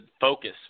focus